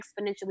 exponentially